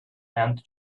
and